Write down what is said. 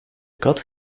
kat